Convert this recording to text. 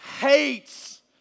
hates